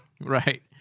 Right